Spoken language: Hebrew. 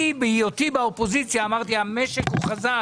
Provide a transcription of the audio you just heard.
בהיותי באופוזיציה אמרתי "המשק הוא חזק".